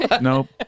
Nope